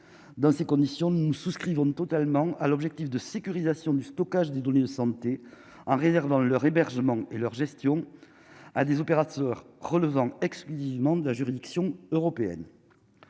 dans ces conditions nous souscrivons totalement à l'objectif de sécurisation du stockage des données de santé en réservant leur hébergement et leur gestion à des opérateurs relevant exclusivement de la juridiction européenne